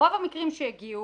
ברוב המקרים שהגיעו,